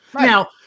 Now